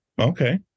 Okay